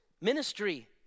Ministry